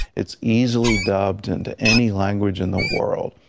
it's easily dubbed into any language in the world.